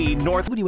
North